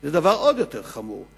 שזה דבר עוד יותר חמור.